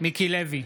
מיקי לוי,